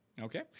Okay